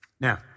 Now